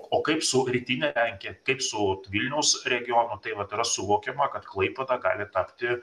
o kaip su rytine lenkija kaip su vilniaus regionu vat yra suvokiama kad klaipėda gali tapti